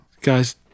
guys